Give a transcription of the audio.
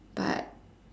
but